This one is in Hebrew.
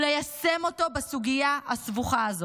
וליישם אותו בסוגיה הסבוכה הזו,